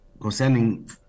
concerning